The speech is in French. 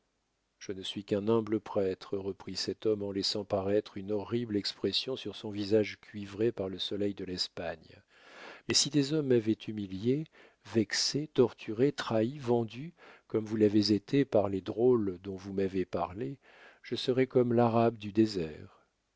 je ne suis qu'un humble prêtre reprit cet homme en laissant paraître une horrible expression sur son visage cuivré par le soleil de l'espagne mais si des hommes m'avaient humilié vexé torturé trahi vendu comme vous l'avez été par les drôles dont vous m'avez parlé je serais comme l'arabe du désert